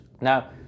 Now